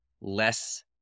less